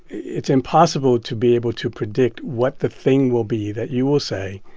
it's impossible to be able to predict what the thing will be that you will say